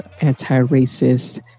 Anti-Racist